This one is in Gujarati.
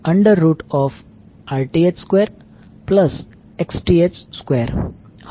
RL √2 2 હશે